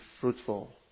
fruitful